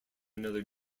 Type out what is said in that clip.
another